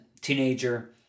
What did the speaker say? teenager